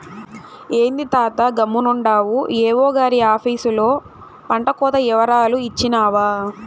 ఏంది తాతా గమ్మునుండావు ఏవో గారి ఆపీసులో పంటకోత ఇవరాలు ఇచ్చినావా